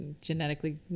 genetically